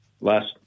last